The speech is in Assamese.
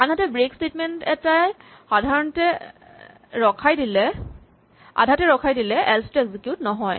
আনহাতে ব্ৰেক স্টেটমেন্ট এটাই আধাতে ৰখাই দিলে এল্চ টো এক্সিকিউট নহয়